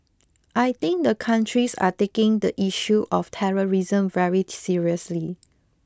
I think the countries are taking the issue of terrorism very seriously